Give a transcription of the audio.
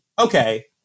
okay